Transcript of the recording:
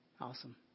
Awesome